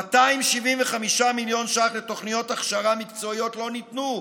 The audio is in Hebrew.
275 מיליון ש"ח לתוכניות הכשרה מקצועיות לא ניתנו.